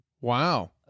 Wow